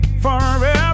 forever